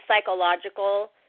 psychological